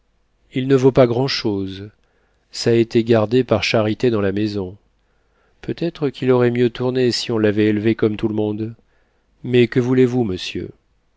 il ne vaut pas grand'chose ç'a été gardé par charité dans la maison peut-être qu'il aurait mieux tourné si on l'avait élevé comme tout le monde mais que voulez-vous monsieur